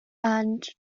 and